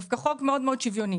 דווקא חוק מאוד שוויוני.